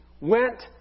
went